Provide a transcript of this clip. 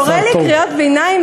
קורא לי קריאות ביניים?